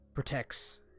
protects